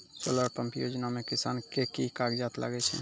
Solar pump योजना म किसान के की कागजात लागै छै?